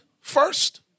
first